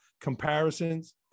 comparisons